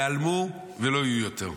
ייעלמו ולא יהיו יותר.